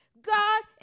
God